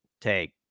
take